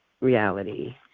reality